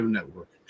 Network